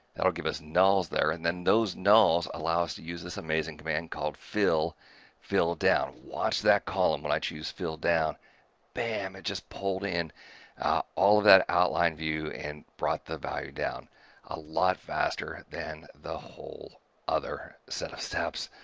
that'll give us nulls there, and then those nulls allow us to use this amazing man called fill fill down. watch that column when i choose fill down bam! it just pulled in all of that outline view and brought the value down a lot faster than the whole other set of steps.